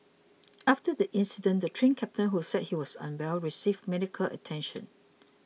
after the incident the Train Captain who said he was unwell received medical attention